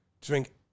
drink